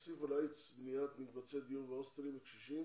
להוסיף בניית מקבצי דיור והוסטלים לקשישים